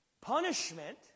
Punishment